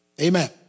Amen